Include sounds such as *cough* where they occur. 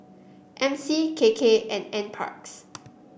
M C K K and *noise* NParks